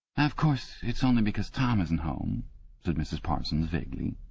of course it's only because tom isn't home said mrs. parsons vaguely.